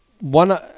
one